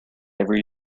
every